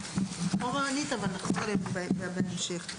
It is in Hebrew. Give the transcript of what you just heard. גם אחורנית, אבל נחזור אליהם בהמשך.